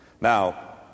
Now